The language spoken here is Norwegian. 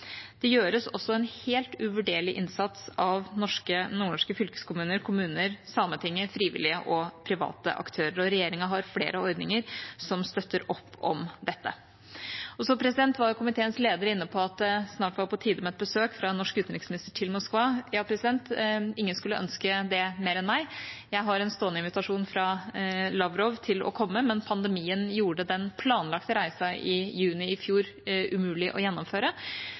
Det gjøres også en helt uvurderlig innsats av nordnorske fylkeskommuner, kommuner, Sametinget, frivillige og private aktører, og regjeringa har flere ordninger som støtter opp om dette. Komiteens leder var inne på at det snart er på tide med et besøk fra en norsk utenriksminister til Moskva. Ja, ingen skulle ønske det mer enn meg. Jeg har en stående invitasjon fra Lavrov til å komme, men pandemien gjorde den planlagte reisen i juni i fjor umulig å gjennomføre.